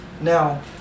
Now